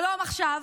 שלום עכשיו,